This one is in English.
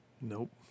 Nope